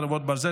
חרבות ברזל),